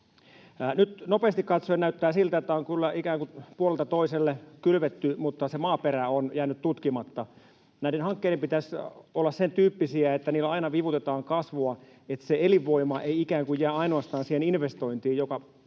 Nyt nopeasti katsoen näyttää siltä, että on kyllä ikään kuin puolelta toiselle kylvetty mutta se maaperä on jäänyt tutkimatta. Näiden hankkeiden pitäisi olla sen tyyppisiä, että niillä aina vivutetaan kasvua, että se elinvoima ei ikään kuin jää ainoastaan siihen investointiin, joka